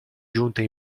giunte